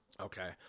Okay